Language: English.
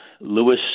Lewis